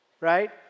right